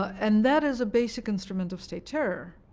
and that is a basic instrument of state terror.